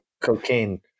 Cocaine